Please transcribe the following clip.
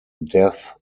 death